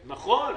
נכון.